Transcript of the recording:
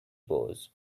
pose